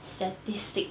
statistic